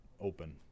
open